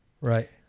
Right